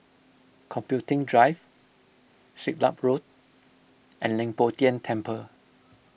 Computing Drive Siglap Road and Leng Poh Tian Temple